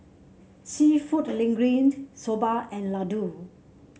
seafood Linguine Soba and Ladoo